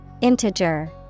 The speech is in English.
Integer